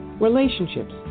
relationships